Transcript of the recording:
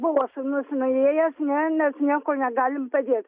buvo sūnus nuiejęs ne mes nieko negalim padėt